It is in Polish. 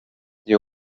nie